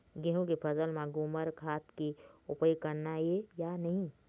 गेहूं के फसल म ग्रोमर खाद के उपयोग करना ये या नहीं?